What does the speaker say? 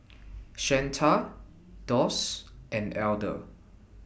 Shanta Doss and Elder